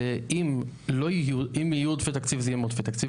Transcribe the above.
זה אם יהיו עודפי תקציב זה יהיה מעודפי תקציב